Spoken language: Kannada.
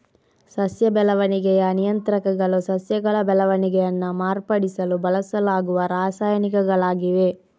ಸಸ್ಯ ಬೆಳವಣಿಗೆಯ ನಿಯಂತ್ರಕಗಳು ಸಸ್ಯಗಳ ಬೆಳವಣಿಗೆಯನ್ನ ಮಾರ್ಪಡಿಸಲು ಬಳಸಲಾಗುವ ರಾಸಾಯನಿಕಗಳಾಗಿವೆ